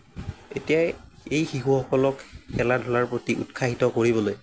এতিয়া এই শিশুসকলক খেলা ধূলাৰ প্ৰতি উৎসাহিত কৰিবলৈ